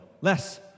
Less